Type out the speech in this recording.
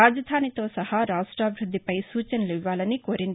రాజధానితో సహా రాష్ట్రాభివృద్దిపై సూచనలు ఇవ్వాలని కోరింది